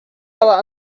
other